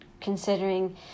considering